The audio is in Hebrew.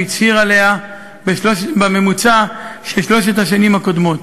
הצהיר עליה בממוצע של שלוש השנים הקודמות.